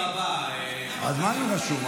--- אז מה אם רשום?